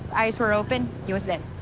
eyes were open, he was dead.